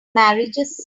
marriages